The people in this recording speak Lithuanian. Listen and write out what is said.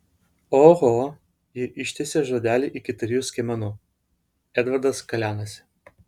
oho ji ištęsė žodelį iki trijų skiemenų edvardas kalenasi